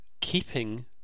keeping